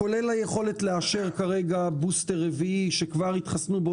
וזה כולל היכולת לאשר כרגע בוסטר רביעי שכבר התחסנו בו